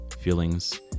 feelings